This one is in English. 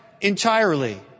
entirely